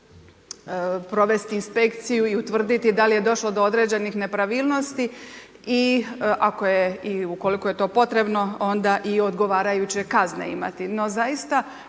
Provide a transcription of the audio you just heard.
provesti inspekciju i utvrditi da li je došlo do određenih nepravilnosti i ako je i ukoliko je to potrebno onda i odgovarajuće kazne imati.